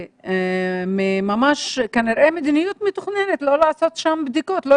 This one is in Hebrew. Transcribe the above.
כנראה ממדיניות מתוכננת לא לעשות שם בדיקות אני לא